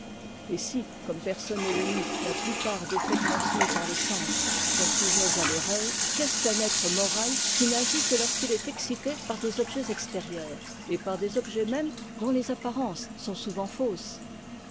et si comme personne ne le nie ta plupàrt des faits transmis par les sens sont sujets à l'erreur qu'est-ce qu'un être moral qu n'agit que iorsqu'it est excité par des objets extérieurs et par des objets même dont les apparences sont souvent fausses